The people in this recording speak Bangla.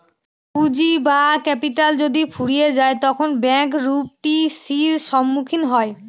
পুঁজি বা ক্যাপিটাল যদি ফুরিয়ে যায় তখন ব্যাঙ্ক রূপ টি.সির সম্মুখীন হয়